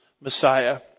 Messiah